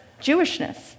Jewishness